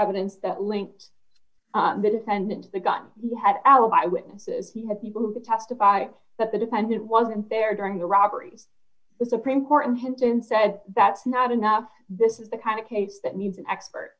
evidence that linked the defendant to the gun you had alibi witnesses he had people who testify that the defendant wasn't there during the robbery the supreme court in hinton said that's not enough this is the kind of case that needs an expert